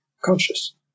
conscious